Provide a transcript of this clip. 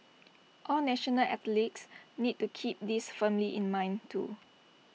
all national athletes need to keep this firmly in mind too